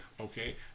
Okay